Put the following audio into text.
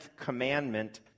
commandment